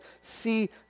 see